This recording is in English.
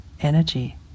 energy